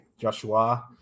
Joshua